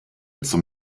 zum